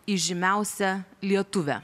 įžymiausia lietuve